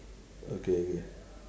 okay okay